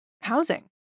housing